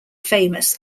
famous